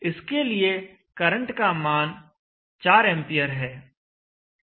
इसके लिए करंट का मान 4 एंपियर है